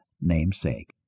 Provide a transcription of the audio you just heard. namesake